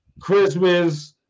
Christmas